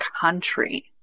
country